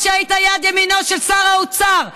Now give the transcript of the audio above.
שהיית יד ימינו של שר האוצר,